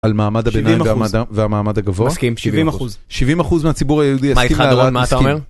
על מעמד הביניים והמעמד הגבוה? מסכים, 70% 70% מהציבור היהודי מסכים? מה אתה אומר?